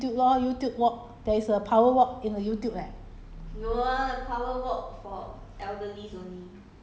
just just just exercise lah walk lah walk just walk Youtube lor Youtube walk there is a power walk in the Youtube leh